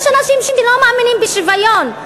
יש אנשים שלא מאמינים בשוויון,